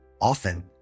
Often